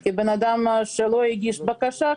כי אדם שלא הגיש בקשה,